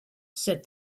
said